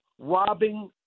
robbing